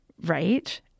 right